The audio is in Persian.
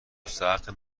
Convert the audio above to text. مستحق